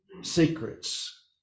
Secrets